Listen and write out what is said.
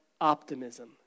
optimism